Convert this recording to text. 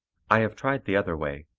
i have tried the other way,